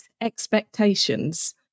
expectations